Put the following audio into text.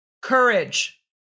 Courage